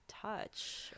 touch